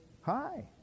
hi